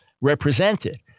represented